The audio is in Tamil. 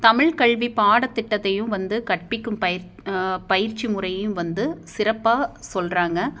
தமிழ் கல்வி பாடத்திட்டத்தையும் வந்து கற்பிக்கும் பயி பயிற்சி முறையும் வந்து சிறப்பாக சொல்கிறாங்க